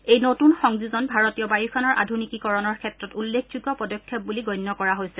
এই নতুন সংযোজন ভাৰতীয় বায়ুসেনাৰ আধুনিকীকৰণৰ ক্ষেত্ৰত উল্লেখযোগ্য পদক্ষেপ বুলি গণ্য কৰা হৈছে